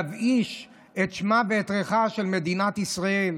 להבאיש את שמה ואת ריחה של מדינת ישראל.